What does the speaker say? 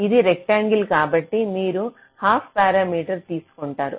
ఇది రెక్టాంగిల్ కాబట్టి మీరు హాఫ్ పారామీటర్ తీసుకుంటారు